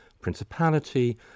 principality